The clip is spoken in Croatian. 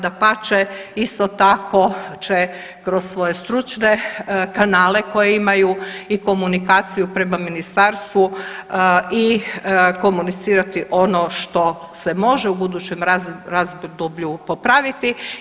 Dapače, isto tako će kroz svoje stručne kanale koje imaju i komunikaciju prema ministarstvu i komunicirati ono što se može u budućem razdoblju popraviti.